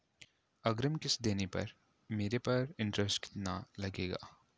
अग्रिम किश्त देने पर मेरे पर इंट्रेस्ट कितना लगेगा?